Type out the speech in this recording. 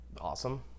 Awesome